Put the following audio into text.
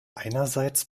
einerseits